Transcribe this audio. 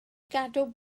gadw